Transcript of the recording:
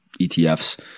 ETFs